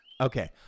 Okay